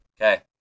Okay